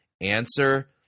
Answer